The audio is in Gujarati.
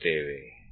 ચાલો તેને નામ આપીએ